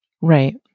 Right